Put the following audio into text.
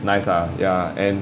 nice ah ya and